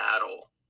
battle